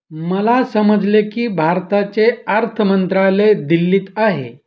मला समजले की भारताचे अर्थ मंत्रालय दिल्लीत आहे